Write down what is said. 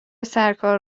سرکار